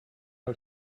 out